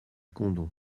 condom